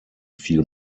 viel